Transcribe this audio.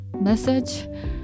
message